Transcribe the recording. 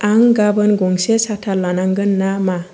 आं गाबोन गंसे साथा लानांगोन ना मा